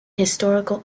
historical